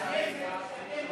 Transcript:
חבר הכנסת חיים ילין,